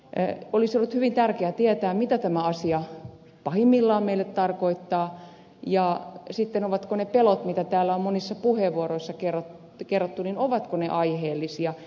olisi ollut hyvin tärkeää tietää mitä tämä asia pahimmillaan meille tarkoittaa ja sitten ovatko ne pelot mitä täällä on monissa puheenvuoroissa kerrottu aiheellisia